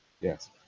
yes